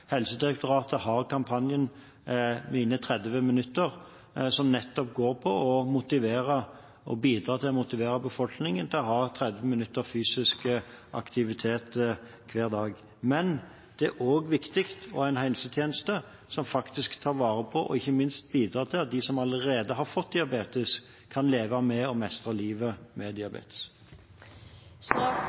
Helsedirektoratet har kampanjen om minimum 30 minutter, som nettopp går på å bidra til å motivere befolkningen til å ha 30 minutter fysisk aktivitet hver dag. Men det er også viktig å ha en helsetjeneste som tar vare på og ikke minst bidrar til at de som allerede har fått diabetes, kan leve med det og mestre livet med